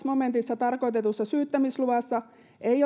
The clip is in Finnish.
momentissa tarkoitetussa syyttämisluvassa ei